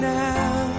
now